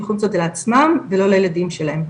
יכולים לעשות את זה לעצמם ולא לילדים שלהם,